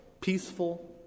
peaceful